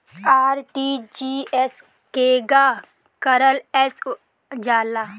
RTGS केगा करलऽ जाला?